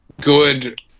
good